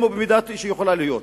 אם יכולה להיות.